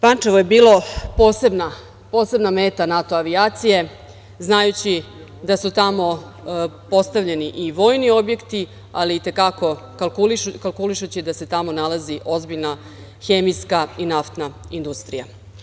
Pančevo je bilo posebna meta NATO avijacije, znajući da su tamo postavljeni i vojni objekti ali i te kako kalkulišući da se tamo nalazi ozbiljna hemijska i naftna industrija.